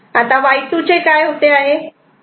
आता Y2 चे काय होते